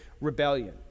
rebellion